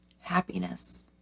happiness